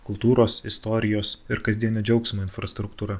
kultūros istorijos ir kasdienio džiaugsmo infrastruktūra